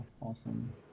awesome